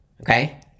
okay